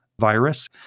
virus